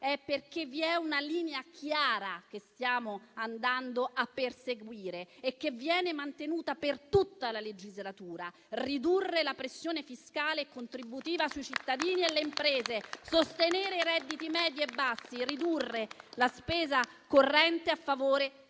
è perché vi è una linea chiara che stiamo andando a perseguire e che viene mantenuta per tutta la legislatura: ridurre la pressione fiscale e contributiva sui cittadini e le imprese, sostenere i redditi medi e bassi, ridurre la spesa corrente a favore